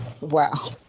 Wow